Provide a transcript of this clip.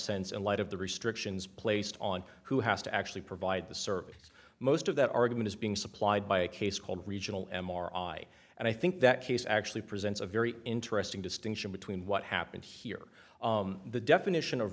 sense in light of the restrictions placed on who has to actually provide the service most of that argument is being supplied by a case called regional m r i and i think that case actually presents a very interesting distinction between what happened here the definition of